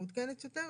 מעודכנת יותר.